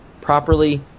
properly